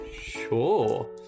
Sure